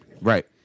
right